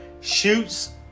shoots